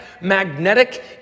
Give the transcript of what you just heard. magnetic